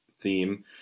theme